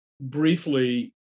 briefly